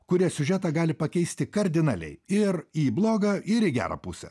kurie siužetą gali pakeisti kardinaliai ir į blogą ir į gerą pusę